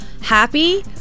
happy